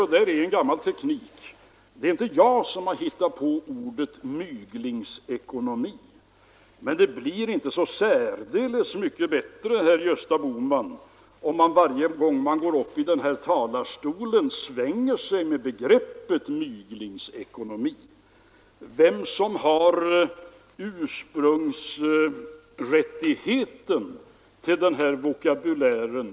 Jag tror att jag talar både för Ingvar Carlssons och Gunnar Nilssons räkning, om jag säger att de bestämt tar avstånd från de grundläggande politiska värderingar, som ligger i herr Bohmans och herr Burenstam Linders uppfattningar.